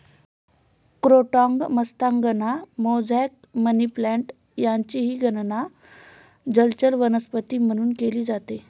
croton मत्स्यांगना, mosaic, money plant यांचीही गणना जलचर वनस्पती म्हणून केली जाते